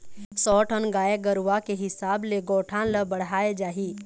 सौ ठन गाय गरूवा के हिसाब ले गौठान ल बड़हाय जाही